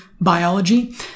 biology